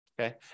Okay